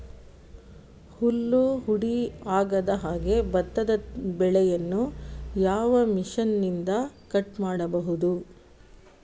ಹುಲ್ಲು ಹುಡಿ ಆಗದಹಾಗೆ ಭತ್ತದ ಬೆಳೆಯನ್ನು ಯಾವ ಮಿಷನ್ನಿಂದ ಕಟ್ ಮಾಡಬಹುದು?